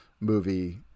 Movie